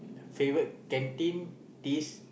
favourite canteen dish